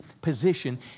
position